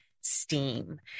steam